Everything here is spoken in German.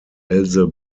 else